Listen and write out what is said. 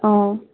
অঁ